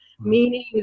meaning